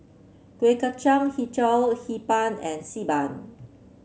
Kuih Kacang hijau Hee Pan and Xi Ban